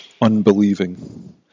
unbelieving